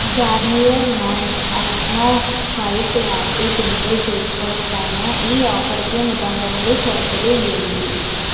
Garnier men acno fight anti pimple face wash పైన ఈ ఆఫరుకి నిబంధనలు షరతులు ఏంటి